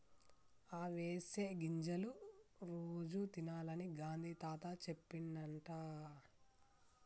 అవిసె గింజలు రోజు తినాలని గాంధీ తాత చెప్పిండట